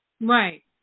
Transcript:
right